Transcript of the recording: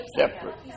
separate